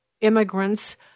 immigrants